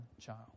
child